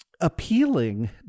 appealing